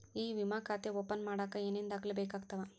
E ವಿಮಾ ಖಾತೆ open ಮಾಡಕ ಏನೇನ್ ದಾಖಲೆ ಬೇಕಾಗತವ